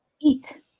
eat